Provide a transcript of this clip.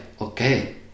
okay